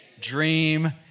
Dream